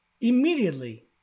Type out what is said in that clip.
immediately